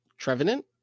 Trevenant